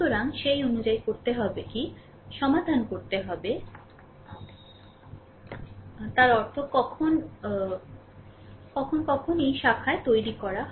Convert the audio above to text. সুতরাং সেই অনুযায়ী করতে হবে কি সমাধান করতে হবে তার অর্থ কখন কখন এই শাখায় তৈরি করা হয়